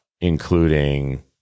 including